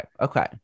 okay